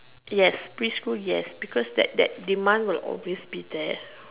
yes preschool yes because the demand will always be there